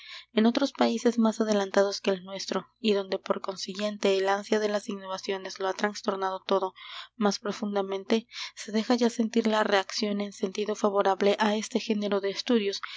en otros países más adelantados que el nuestro y donde por consiguiente el ansia de las innovaciones lo ha trastornado todo más profundamente se deja ya sentir la reacción en sentido favorable á este género de estudios